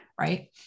right